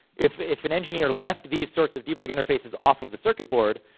if if an engineer left these sorts of debug interfaces off of the circuit board,